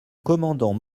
commandant